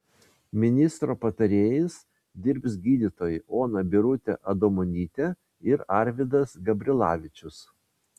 ministro patarėjais dirbs gydytojai ona birutė adomonytė ir arvydas gabrilavičius